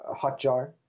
Hotjar